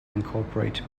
incorporate